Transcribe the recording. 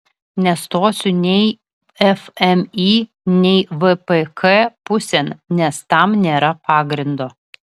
nestosiu nei fmį nei vpk pusėn nes tam nėra pagrindo